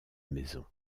maison